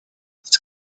its